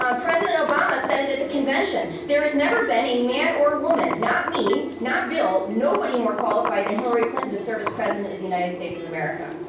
um president obama said it at the convention. there has never been a man or woman, not me, not bill, nobody more qualified than hillary clinton to serve as president of the united states of america.